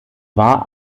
war